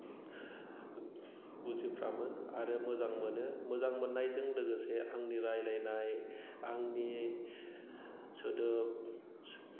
बुजिफ्रामो आरो मोजां मोनो मोजां मोननायजों लोगोसे आंनि रायज्लायनाय आंनि सोदोब